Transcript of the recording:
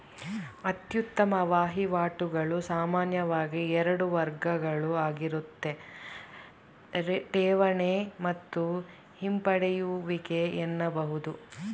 ಅತ್ಯುತ್ತಮ ವಹಿವಾಟುಗಳು ಸಾಮಾನ್ಯವಾಗಿ ಎರಡು ವರ್ಗಗಳುಆಗಿರುತ್ತೆ ಠೇವಣಿ ಮತ್ತು ಹಿಂಪಡೆಯುವಿಕೆ ಎನ್ನಬಹುದು